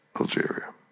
Algeria